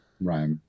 right